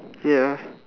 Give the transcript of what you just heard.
ya